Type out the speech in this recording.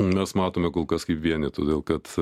mes matome kol kas kaip vienį todėl kad